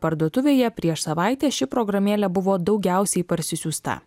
parduotuvėje prieš savaitę ši programėlė buvo daugiausiai parsisiųsta